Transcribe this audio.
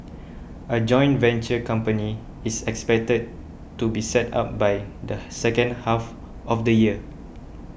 a joint venture company is expected to be set up by the second half of the year